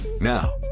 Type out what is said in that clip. Now